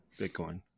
bitcoin